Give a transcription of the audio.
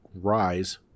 rise